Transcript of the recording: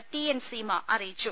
T N Seema അറിയിച്ചു